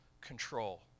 control